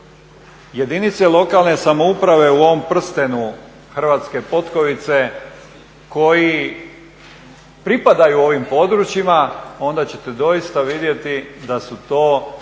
jedinice lokalne samouprave u ovom prstenu hrvatske potkovice koji pripadaju ovim područjima onda ćete doista vidjeti da su to jedinice